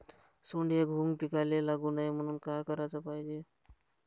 सोंडे, घुंग पिकाले लागू नये म्हनून का कराच पायजे?